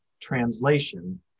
translation